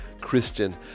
Christian